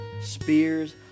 spears